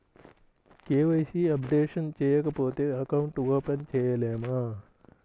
KYC updation చేయకపోతే account open చేయలేమా?